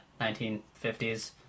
1950s